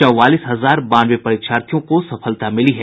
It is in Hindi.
चौवालीस हजार बानवे परीक्षार्थियों को सफलता मिली है